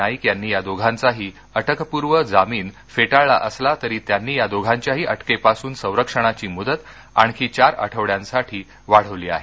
नाईक यांनी या दोघांचाही अटकपूर्व जामीन फेटाळला असला तरी त्यांनी या दोघांच्याही अटकेपासून संरक्षणाची मुदत आणखी चार आठवङ्यासाठी वाढवली आहे